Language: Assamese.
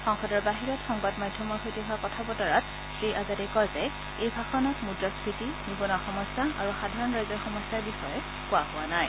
সংসদৰ বাহিৰত সংবাদ মাধ্যমৰ সৈতে হোৱা কথা বতৰাত শ্ৰীআজাদে কয় যে এই ভাষণত মুদ্ৰাস্ফীতি নিবনুৱা সমস্যা আৰু সাধাৰণ ৰাইজৰ সমস্যাৰ বিষয়ে কোৱা হোৱা নাই